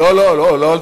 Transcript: לא, לא, לא.